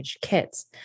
kits